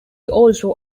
also